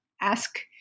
ask